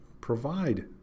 provide